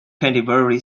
canterbury